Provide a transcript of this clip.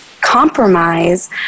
compromise